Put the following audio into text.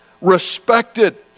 respected